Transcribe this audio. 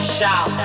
Shout